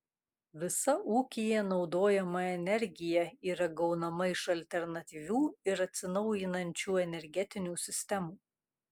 visa ūkyje naudojama energija yra gaunama iš alternatyvių ir atsinaujinančių energetinių sistemų